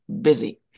busy